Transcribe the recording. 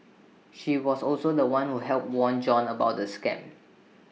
he was also The One who helped warn John about the scam